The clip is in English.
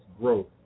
growth